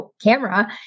camera